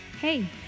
Hey